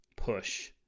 push